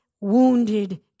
wounded